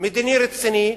מדיני רציני,